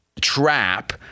trap